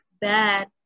bad